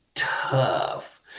tough